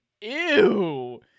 Ew